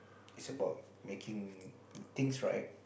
it's about making things right